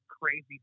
crazy